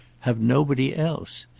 have nobody else.